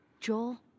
Joel